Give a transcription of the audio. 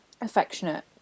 affectionate